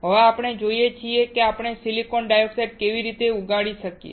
હવે આપણે જોઈએ છીએ કે આપણે સિલિકોન ડાયોક્સાઈડ કેવી રીતે ઉગાડી શકીએ